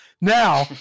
Now